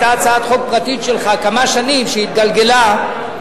זו היתה הצעת חוק פרטית שלך שהתגלגלה כמה שנים.